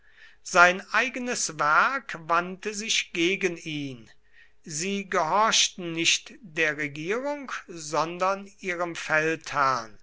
sein eigenes werk wandte sich gegen ihn sie gehorchten nicht der regierung sondern ihrem feldherrn